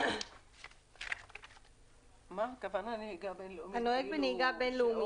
מה הכוונה נהיגה בין-לאומית?